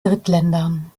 drittländern